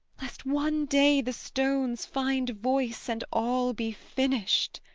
lest one day the stones find voice, and all be finished!